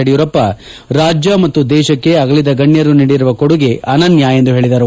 ಯಡಿಯೂರಪ್ಪ ರಾಜ್ಯ ಮತ್ತು ದೇಶಕ್ಕೆ ಆಗಲಿದ ಗಣ್ಯರು ನೀಡಿರುವ ಕೊಡುಗೆ ಅನನ್ಯ ಎಂದು ಹೇಳಿದರು